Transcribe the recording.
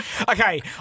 Okay